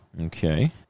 Okay